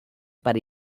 para